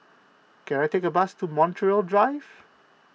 can I take a bus to Montreal Drive